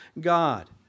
God